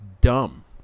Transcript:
dumb